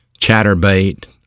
chatterbait